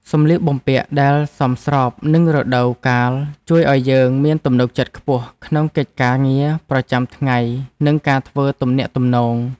សម្លៀកបំពាក់ដែលសមស្របនឹងរដូវកាលជួយឱ្យយើងមានទំនុកចិត្តខ្ពស់ក្នុងកិច្ចការងារប្រចាំថ្ងៃនិងការធ្វើទំនាក់ទំនង។